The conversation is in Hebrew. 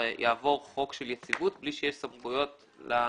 יעבור חוק של יציבות בלי שיש סמכויות למפקח.